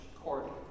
court